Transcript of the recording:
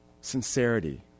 sincerity